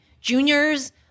juniors